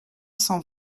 cent